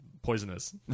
Poisonous